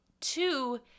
Two